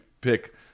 pick